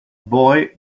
boy